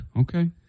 Okay